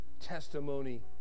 testimony